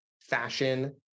fashion